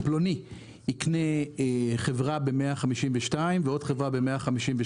שפלוני יקנה חברה ב-152 ועוד חברה ב-152,